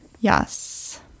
Yes